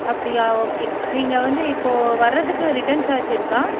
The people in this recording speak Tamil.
அப்படியா ஓகே நீங்கள் வந்து இப்போது வர்றதுக்கு ரிட்டர்ன் சார்ஜ்ஜு இருக்கா